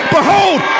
Behold